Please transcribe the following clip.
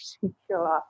particular